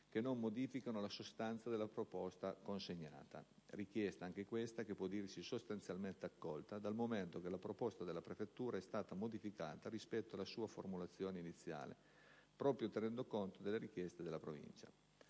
che non modificano la sostanza della proposta consegnata», richiesta - anche questa - che può dirsi sostanzialmente accolta, dal momento che la proposta della prefettura è stata modificata rispetto alla sua formulazione iniziale, proprio tenendo conto delle richieste della Provincia.